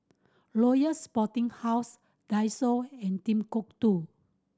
Royal Sporting House Daiso and Timbuk Two